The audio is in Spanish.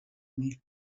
mil